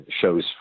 shows